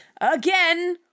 again